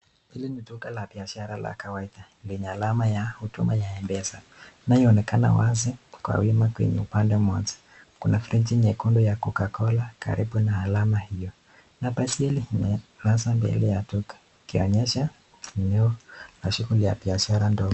Hili ni duka la biashara la kawaida yenye alama ya huduma ya mpesa inayoneka wazi kwa wima kwenye upande kuna friji nyekundu hapo ya kokola karibu na alama hiyo, mbele ya duka kuonyesha eneo ya shuguli ya biashara ndogo.